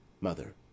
mother